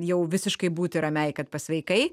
jau visiškai būti ramiai kad pasveikai